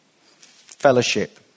fellowship